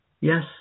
Yes